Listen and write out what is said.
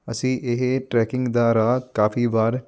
ਅਸੀਂ ਇਹ ਟਰੈਕਿੰਗ ਦਾ ਰਾਹ ਕਾਫ਼ੀ ਵਾਰ